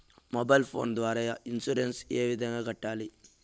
mobile phone ద్వారా insurance ఏ విధంగా కట్టాలి